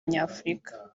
nyafurika